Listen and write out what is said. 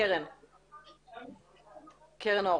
קרן אור.